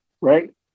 right